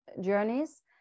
journeys